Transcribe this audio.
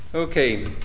Okay